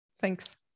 Thanks